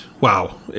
Wow